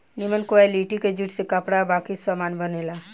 निमन क्वालिटी के जूट से कपड़ा आ बाकी सामान बनेला